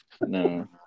no